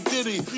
Diddy